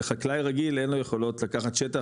לחקלאי רגיל אין לו יכולות לקחת שטח,